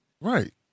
Right